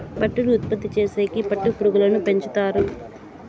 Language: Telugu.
పట్టును ఉత్పత్తి చేసేకి పట్టు పురుగులను పెంచుతారు